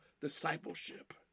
discipleship